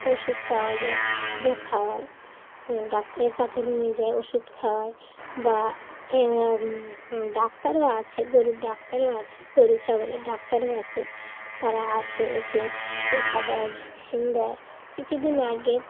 ওষুধ পাওয়া যায় ওষুধও খাওয়ায় ডাক্তারের কাছে নিয়ে যায় ওষুধ খাওয়ায় বা ডাক্তারও আছে গরুর ডাক্তারও আছে গরু ছাগলের ডাক্তারও আছে তারা আসে এসে টিকা দেয় ভ্যাকসিন দেয় কিছুদিন আগে